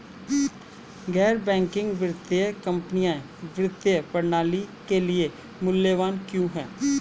गैर बैंकिंग वित्तीय कंपनियाँ वित्तीय प्रणाली के लिए मूल्यवान क्यों हैं?